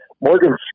Morgan